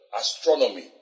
astronomy